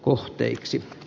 kohteiksi